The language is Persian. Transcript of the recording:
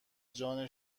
جان